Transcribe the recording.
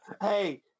Hey